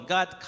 God